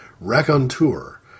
raconteur